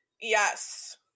yes